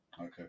Okay